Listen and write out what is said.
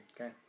Okay